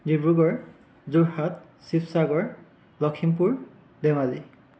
Dibrugarh Jorhat Sivasagar Lakhimpur Dhemaji